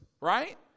right